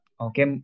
okay